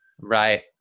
right